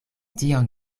tion